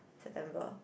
September